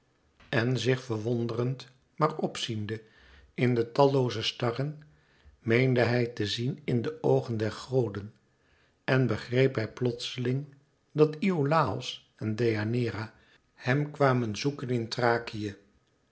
en zich verwonderend maar op ziende in de tallooze starren meende hij te zien in de oogen der goden en begreep hij plotseling dat iolàos en deianeira hem waren komen zoeken in